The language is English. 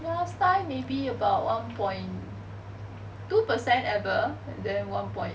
last time maybe about one point two per cent ever then one point